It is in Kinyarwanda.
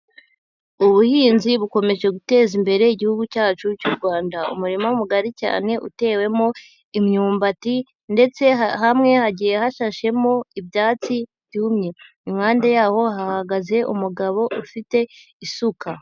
Ubuhinzi bukomeje guteza imbere igihugu cyacu cy'u Rwanda. Umurima mugari cyane utewemo imyumbati ndetse hamwe hagiye hashashemo ibyatsi byumye, Impande yaho hahagaze umugabo ufite isuka.